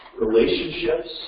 relationships